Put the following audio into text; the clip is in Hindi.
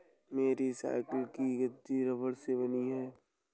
मेरी साइकिल की गद्दी रबड़ से बनी है